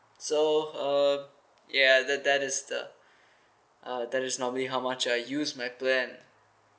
so uh yeah that that is the uh that is normally how much I used my plan